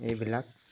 এইবিলাক